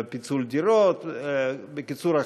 פיצול דירות) בקיצור,